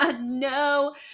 no